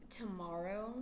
tomorrow